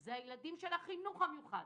זה ילדי החינוך המיוחד,